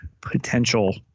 potential